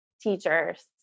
teachers